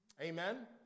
Amen